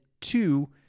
two